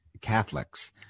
Catholics